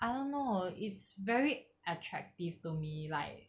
I don't know it's very attractive to me like